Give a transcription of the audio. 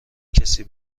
کسی